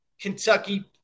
Kentucky